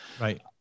right